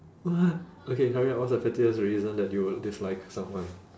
what okay hurry up what's the pettiest reason that you will dislike someone